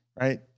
right